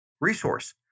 resource